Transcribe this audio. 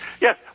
Yes